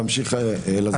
תמשיך, אלעזר.